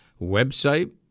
website